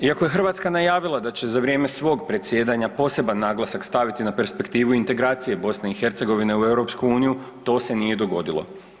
Iako je Hrvatska najavila da će za vrijeme svog predsjedanja poseban naglasak staviti na perspektivu integracije BiH u EU to se nije dogodilo.